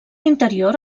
interior